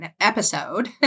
episode